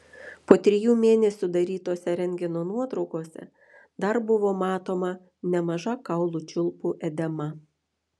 po trijų mėnesių darytose rentgeno nuotraukose dar buvo matoma nemaža kaulų čiulpų edema